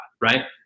Right